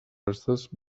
restes